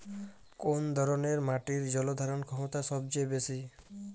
কোন ধরণের মাটির জল ধারণ ক্ষমতা সবচেয়ে বেশি?